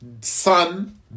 son